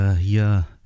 hier